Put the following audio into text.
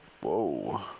Whoa